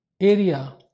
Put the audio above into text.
area